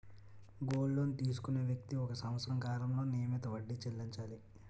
gold loan తీసుకునే వ్యక్తి ఒక సంవత్సర కాలంలో నియమిత వడ్డీ చెల్లించాలి